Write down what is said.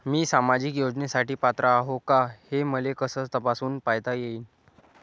मी सामाजिक योजनेसाठी पात्र आहो का, हे मले कस तपासून पायता येईन?